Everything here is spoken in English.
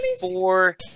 four